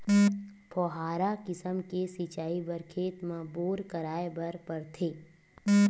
फव्हारा किसम के सिचई बर खेत म बोर कराए बर परथे